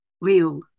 real